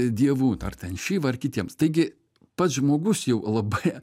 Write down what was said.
dievų dar ten šyva ir kitiems taigi pats žmogus jau labai